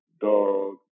dog